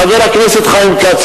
חבר הכנסת חיים כץ,